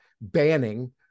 banning